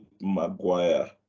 Maguire